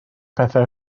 pethau